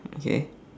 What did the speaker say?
okay